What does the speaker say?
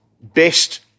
Best